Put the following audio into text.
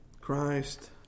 Christ